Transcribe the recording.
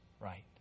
right